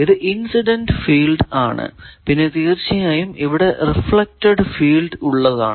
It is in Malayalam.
ഇത് ഇൻസിഡന്റ് ഫീൽഡ് ആണ് പിന്നെ തീർച്ചയായും ഇവിടെ റിഫ്ലെക്ടഡ് ഫീൽഡ് ഉള്ളതാണ്